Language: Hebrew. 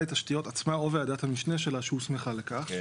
שהוא יהיה תיק "פרפקט".